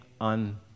on